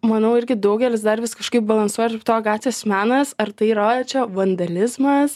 manau irgi daugelis dar vis kažkaip balansuoja ir tarp to gatvės menas ar tai rodo čia vandalizmas